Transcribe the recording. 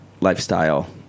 lifestyle